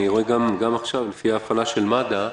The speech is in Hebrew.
אני רואה גם עכשיו, לפי ההפעלה של מד"א,